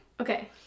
Okay